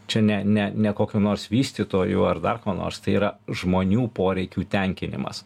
čia ne ne ne kokio nors vystytojų ar dar ko nors tai yra žmonių poreikių tenkinimas